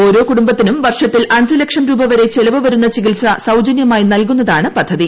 ഓരോ കുടുംബത്തിനും വർഷത്തിൽ അഞ്ച് ലക്ഷം രൂപ വരെ ചെലവു വരുന്ന ചികിൽസ സൌജന്യമായി നൽകുന്നതാണ് പദ്ധതി